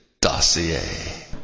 Dossier